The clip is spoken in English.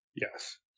Yes